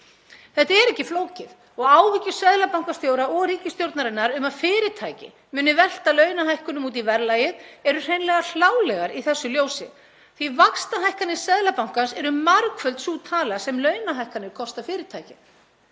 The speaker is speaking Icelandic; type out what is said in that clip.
Þetta er ekki flókið og áhyggjur seðlabankastjóra og ríkisstjórnarinnar um að fyrirtæki muni velta launahækkunum út í verðlagið eru hreinlega hlálegar í þessu ljósi, því að vaxtahækkanir Seðlabankans eru margföld sú tala sem launahækkanir kosta fyrirtækið.